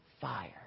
fire